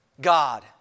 God